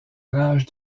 rage